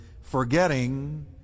Forgetting